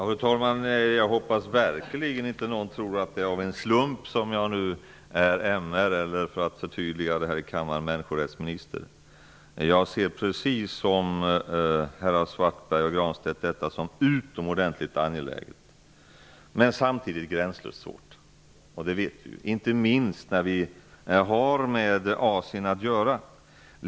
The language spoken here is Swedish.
Fru talman! Jag hoppas verkligen att inte någon tror att det är av en slump som jag nu är MR minister, eller människorättsminister. Jag ser, precis som herrar Svartberg och Granstedt, detta som utomordentligt angeläget. Men det är samtidigt gränslöst svårt, inte minst när vi har med Asien att göra.